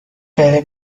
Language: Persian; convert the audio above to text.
بره